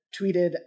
tweeted